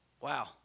wow